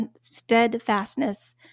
steadfastness